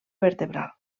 vertebral